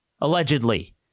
allegedly